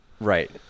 Right